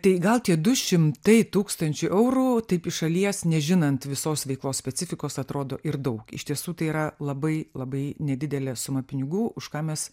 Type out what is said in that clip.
tai gal tie du šimtai tūkstančių eurų taip iš šalies nežinant visos veiklos specifikos atrodo ir daug iš tiesų tai yra labai labai nedidelė sumą pinigų už ką mes